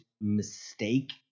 mistake